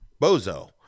Bozo